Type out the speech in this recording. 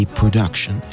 production